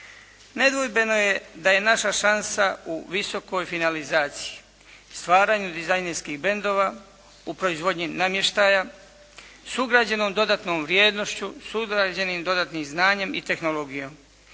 Nedvojbeno je da je naša šansa u visokoj finalizaciji, stvaranju dizajnerskih brandova u proizvodnji namještaja s ugrađenom dodatnom vrijednošću, s ugrađenim dodatnim znanjem i tehnologijom.